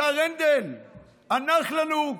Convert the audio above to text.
השר הנדל, הנח לנו,